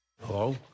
hello